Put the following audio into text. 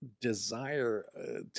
desire